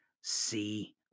see